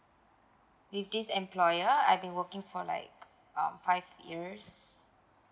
with this employer I've been working for like um five years